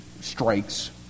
strikes